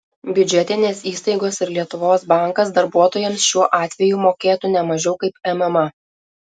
biudžetinės įstaigos ir lietuvos bankas darbuotojams šiuo atveju mokėtų ne mažiau kaip mma